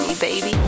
baby